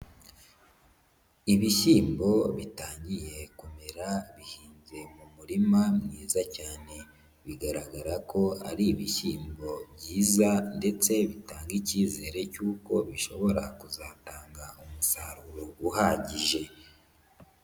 Ibishyimbo bitangiye kumera bihinze mu murima mwiza cyane, bigaragara ko ari ibishyiyimbo byiza ndetse bitanga ikizere cy'uko bishobora kuzatanga umusaruro uhagije.